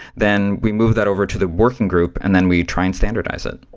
then we move that over to the working group and then we try and standardize it.